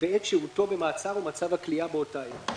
"בעת שהותו במעצר ומצב הכליאה באותה עת.